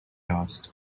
asked